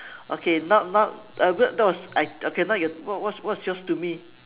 okay now now uh what that was I okay now you what what what's yours to me